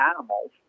animals